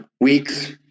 weeks